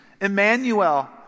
Emmanuel